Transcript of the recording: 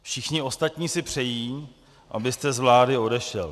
Všichni ostatní si přejí, abyste z vlády odešel.